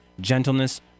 gentleness